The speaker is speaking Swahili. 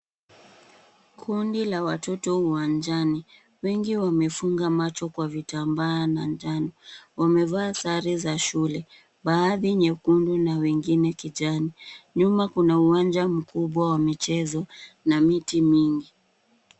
Kundi la watoto uwanjani. Wengi wamefunga macho kwa vitambaa na njano. Wamevaa sare za shule. Baadhi nyekundu na wengine kijani. Nyuma kuna uwanja mkubwa wa michezo na miti mingi.